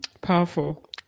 Powerful